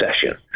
session